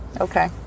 Okay